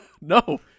No